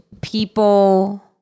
people